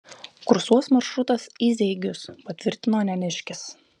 kursuos maršrutas į zeigius patvirtino neniškis